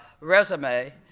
resume